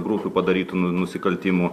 grupių padarytų nu nusikaltimų